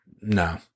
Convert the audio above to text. no